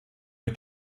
mit